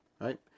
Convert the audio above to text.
right